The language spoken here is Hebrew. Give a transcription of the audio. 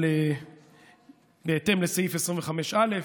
בהתאם לסעיף 25(א)